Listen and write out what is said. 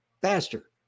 faster